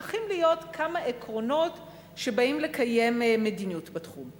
צריכים להיות כמה עקרונות כשבאים לקיים מדיניות בתחום.